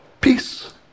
Peace